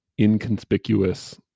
inconspicuous